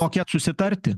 mokėt susitarti